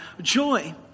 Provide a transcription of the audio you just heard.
joy